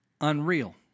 unreal